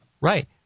Right